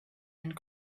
and